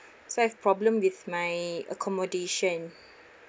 so I have problem with my accommodation